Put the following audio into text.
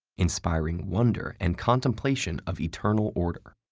inspiring wonder and contemplation of eternal order.